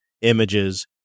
images